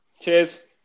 Cheers